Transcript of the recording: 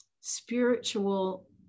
spiritual